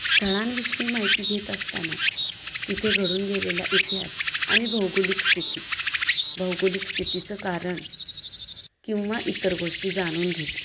स्थळांविषयी माहिती घेत असताना तिथे घडून गेलेला इतिहास आणि भौगोलिक स्थिती भौगोलिक स्थितीचं कारण किंवा इतर गोष्टी जाणून घेते